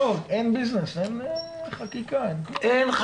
אין חקיקה, אין התנגדויות.